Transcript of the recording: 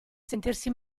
sentirsi